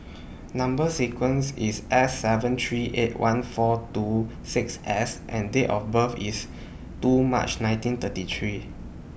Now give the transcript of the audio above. Number sequence IS S seven three eight one four two six S and Date of birth IS two March nineteen thirty three